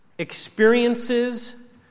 experiences